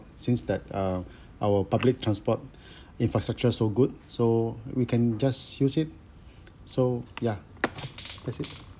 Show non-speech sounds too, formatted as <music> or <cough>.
since that uh <breath> our public transport <breath> infrastructure so good so we can just use it <breath> so ya that's it